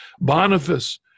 Boniface